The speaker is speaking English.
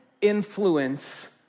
influence